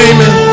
Amen